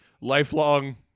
lifelong